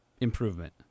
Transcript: improvement